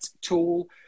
tool